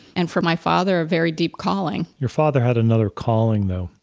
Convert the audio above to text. and for my father, a very deep calling. your father had another calling, though,